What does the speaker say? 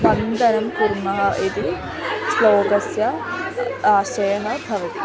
वन्दनं कुर्मः इति श्लोकस्य आशयः भवति